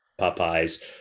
Popeyes